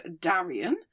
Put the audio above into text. Darian